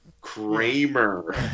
Kramer